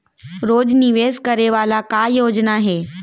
रोज निवेश करे वाला का योजना हे?